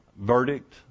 verdict